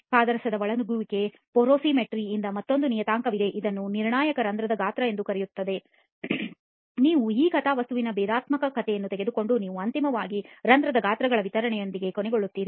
ಪಾದರಸದ ಒಳನುಗ್ಗುವಿಕೆ ಪೊರೊಸಿಮೆಟ್ರಿ ಯಲ್ಲಿ ಮತ್ತೊಂದು ನಿಯತಾಂಕವಿದೆ ಇದನ್ನು ನಿರ್ಣಾಯಕ ರಂಧ್ರದ ಗಾತ್ರ ಎಂದು ಕರೆಯಲಾಗುತ್ತದೆ ನೀವು ಈ ಕಥಾವಸ್ತುವಿನ ಭೇದಾತ್ಮಕತೆಯನ್ನು ತೆಗೆದುಕೊಂಡರೆ ನೀವು ಅಂತಿಮವಾಗಿ ರಂಧ್ರದ ಗಾತ್ರಗಳ ವಿತರಣೆಯೊಂದಿಗೆ ಕೊನೆಗೊಳ್ಳುತ್ತೀರಿ